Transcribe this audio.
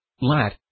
Lat